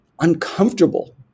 uncomfortable